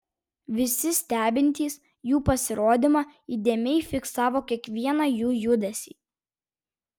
visi stebintys jų pasirodymą įdėmiai fiksavo kiekvieną jų judesį